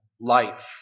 life